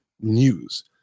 news